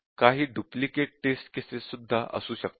काही duplicate test cases सुद्धा असू शकतात